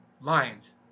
lion's